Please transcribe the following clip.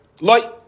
Light